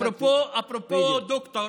אפרופו דוקטור,